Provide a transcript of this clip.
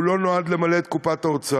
הוא לא נועד למלא את קופת האוצר.